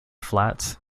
flats